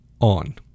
on